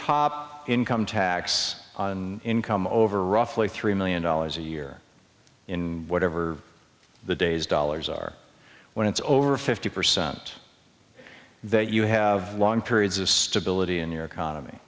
top income tax on income over roughly three million dollars a year in whatever the days dollars are when it's over fifty percent that you have long periods of stability in your economy